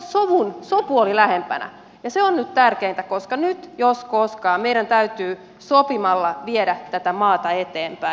sopu oli lähempänä ja se on nyt tärkeintä koska nyt jos koskaan meidän täytyy sopimalla viedä tätä maata eteenpäin